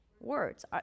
Words